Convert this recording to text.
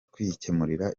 kwikemurira